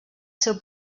seu